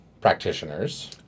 practitioners